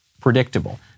predictable